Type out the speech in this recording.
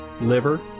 liver